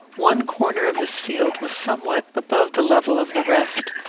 one corner of this field was somewhat above the level of the rest.